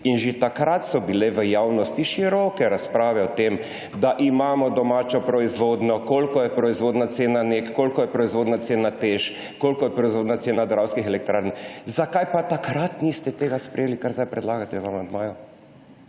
− že takrat so bile v javnosti široke razprave o tem, da imamo domačo proizvodnjo, koliko je proizvodna cena NEK, koliko je proizvodna cena TEŠ, koliko je proizvodna cena Dravskih elektrarn − niste tega sprejeli, kar zdaj predlagate v amandmaju?